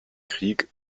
krieg